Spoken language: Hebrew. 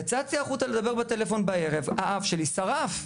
יצאתי החוצה לדבר בטלפון בערב, האף שלי שרף.